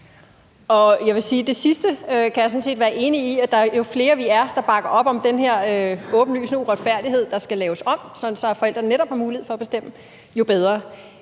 jeg sådan set være enig i, altså at jo flere vi er, der bakker op om den her åbenlyse uretfærdighed, der skal laves om, sådan at forældrene netop har mulighed for at bestemme, jo bedre.